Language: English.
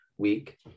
week